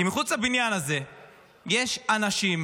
כי מחוץ לבניין הזה יש אנשים